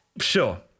sure